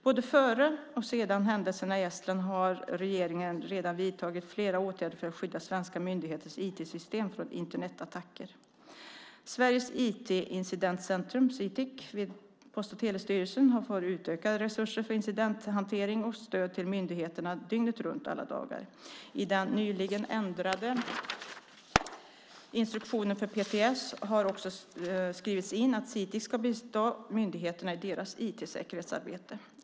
Både före och efter händelserna i Estland har regeringen redan vidtagit flera åtgärder för att skydda svenska myndigheters IT-system från Internetattacker. Sveriges IT-incidentcentrum, Sitic, vid Post och telestyrelsen, PTS, har fått utökade resurser för incidenthantering och stöd till myndigheterna dygnet runt alla dagar. I den nyligen ändrade instruktionen för PTS har också skrivits in att Sitic ska bistå myndigheterna i deras IT-säkerhetsarbete.